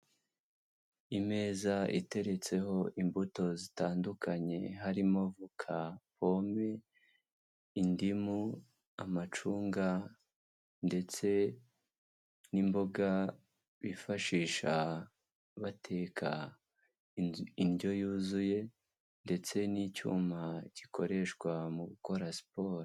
Imeza iteretseho imbuto zitandukanye harimo voka, pome, indimu, amacunga ndetse n'imboga bifashisha bateka indyo yuzuye ndetse n'icyuma gikoreshwa mu gukora siporo.